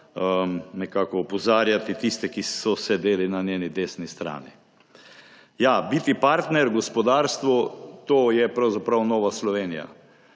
nekako opozarjati tiste, ki so sedeli na njeni desni strani. Ja, biti partner v gospodarstvu, to je pravzaprav Nova Slovenija.